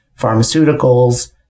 pharmaceuticals